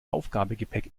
aufgabegepäck